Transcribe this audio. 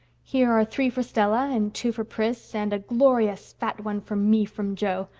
here are three for stella, and two for pris, and a glorious fat one for me from jo.